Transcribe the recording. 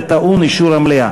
זה טעון אישור המליאה.